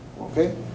okay